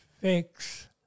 fix